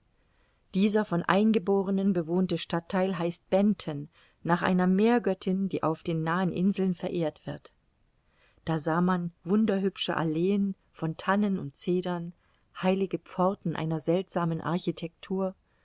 dieser von eingeborenen bewohnte stadttheil heißt benten nach einer meergöttin die auf den nahen inseln verehrt wird da sah man wunderhübsche alleen von tannen und cedern heilige pforten einer seltsamen architektur